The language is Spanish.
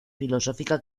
filosófica